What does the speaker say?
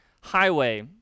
Highway